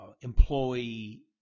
employee